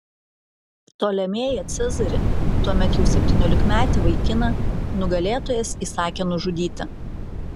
ptolemėją cezarį tuomet jau septyniolikmetį vaikiną nugalėtojas įsakė nužudyti